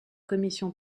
commission